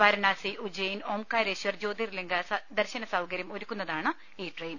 വാരണാസി ഉജ്ജയിൻ ഓംകാരേശ്വർ ജ്യോതിർലിംഗ ദർശന സൌകര്യം ഒരുക്കുന്നതാണ് ഈ ട്രെയിൻ